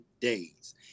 days